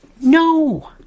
No